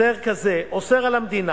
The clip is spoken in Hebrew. הסדר כזה אוסר על המדינה